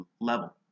level